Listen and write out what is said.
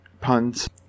puns